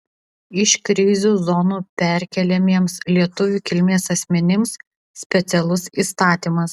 iš krizių zonų perkeliamiems lietuvių kilmės asmenims specialus įstatymas